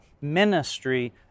ministry